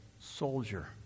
soldier